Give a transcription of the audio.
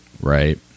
Right